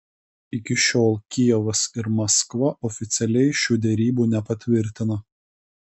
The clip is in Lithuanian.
iki šiol kijevas ir maskva oficialiai šių derybų nepatvirtina